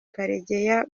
karegeya